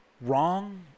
wrong